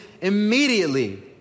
immediately